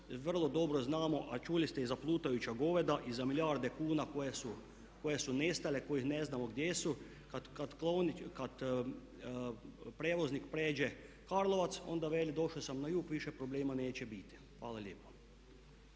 vrlo dobro znamo, a čuli ste i za plutajuća goveda i za milijarde kuna koje su nestale, kojih ne znamo gdje su, kad prijevoznik prijeđe Karlovac onda veli došao sam na jug više problema neće biti. Hvala lijepa.